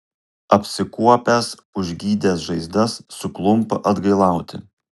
apsikuopęs užgydęs žaizdas suklumpa atgailauti